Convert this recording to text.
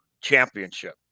championship